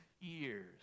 years